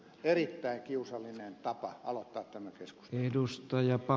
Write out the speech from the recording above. erittäin kiusallinen tapa aloittaa tämä keskustelu